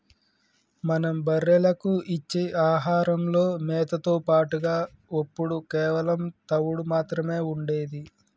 మనం బర్రెలకు ఇచ్చే ఆహారంలో మేతతో పాటుగా ఒప్పుడు కేవలం తవుడు మాత్రమే ఉండేది